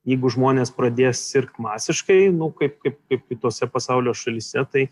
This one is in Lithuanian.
jeigu žmonės pradės sirgt masiškai kaip kaip kaip kitose pasaulio šalyse tai